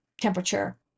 temperature